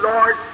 Lord